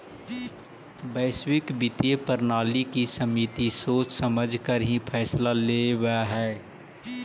वैश्विक वित्तीय प्रणाली की समिति सोच समझकर ही फैसला लेवअ हई